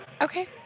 Okay